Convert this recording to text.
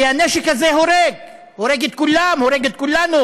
כי הנשק הזה הורג, הורג את כולם, הורג את כולנו.